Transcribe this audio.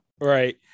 Right